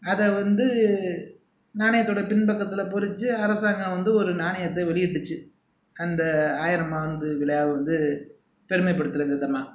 அதை வந்து நாணயத்துடைய பின்பக்கத்தில் பொறிச்சு அரசாங்கம் வந்து ஒரு நாணயத்தை வெளியிட்டுச்சு அந்த ஆயிரமாவது விழா வந்து பெருமைப்படுத்துகிற விதமாக